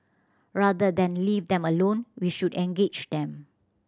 rather than leave them alone we should engage them